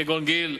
כגון גיל,